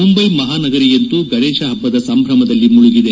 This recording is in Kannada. ಮುಂಬೈ ಮಹಾನಗರಿಯಂತೂ ಗಣೇಶ ಹಬ್ಬದ ಸಂಭ್ರಮದಲ್ಲಿ ಮುಳುಗಿದೆ